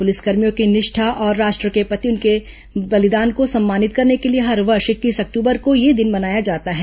पुलिसकर्मियों की निष्ठा और राष्ट्र के प्रति उनके बलिदान को सम्मानित करने के लिए हर वर्ष इक्कीस अक्टूबर को यह दिन मनाया जाता है